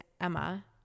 Emma